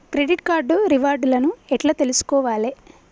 Credit card reward లను ఎట్ల తెలుసుకోవాలే?